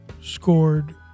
scored